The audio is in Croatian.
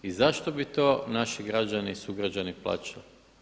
I zašto bi to naši građani, sugrađani plaćali?